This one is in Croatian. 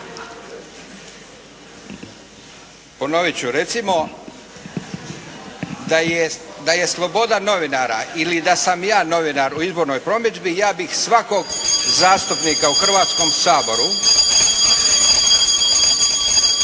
Ponovit ću. Recimo da je sloboda novinara ili da sam ja novinar u izbornoj promidžbi ja bih svakog zastupnika u Hrvatskom saboru…